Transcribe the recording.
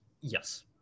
Yes